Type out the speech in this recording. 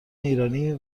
ایرانی